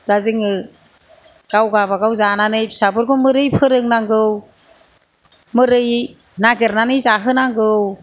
दा जोङो गाव गाबागाव जानानै फिसाफोरखौ मारै फोरों नांगौ मारै नागेरनानै जाहोनांगौ